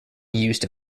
used